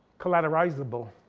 collateralizable.